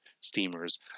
Steamers